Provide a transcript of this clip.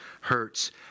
hurts